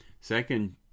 Second